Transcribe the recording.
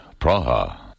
Praha